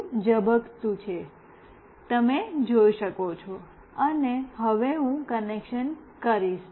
તે હજી ઝબકતું છે તમે જોઈ શકો છો અને હવે હું કનેક્શન કરીશ